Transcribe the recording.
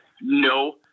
no